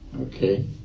Okay